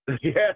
yes